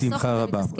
בשמחה רבה.